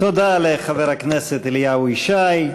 תודה לחבר הכנסת אליהו ישי,